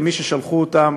כמי ששלחו אותם